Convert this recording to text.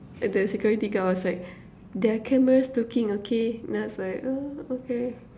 and the security guard was like there are cameras looking okay and I was like oh okay